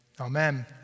amen